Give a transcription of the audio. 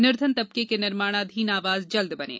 निर्धन तबके के निर्माणाधीन आवास जल्द बनें